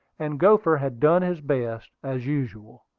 and gopher had done his best, as usual.